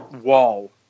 wall